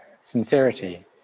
sincerity